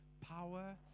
power